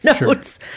notes